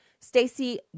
Stacey